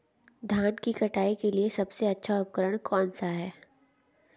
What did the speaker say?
धान की कटाई के लिए सबसे अच्छा उपकरण कौन सा है?